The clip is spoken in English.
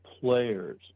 players